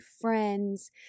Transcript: friends